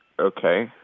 Okay